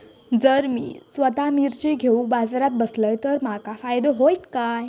जर मी स्वतः मिर्ची घेवून बाजारात बसलय तर माका फायदो होयत काय?